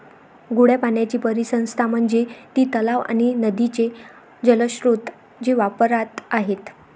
गोड्या पाण्याची परिसंस्था म्हणजे ती तलाव आणि नदीचे जलस्रोत जे वापरात आहेत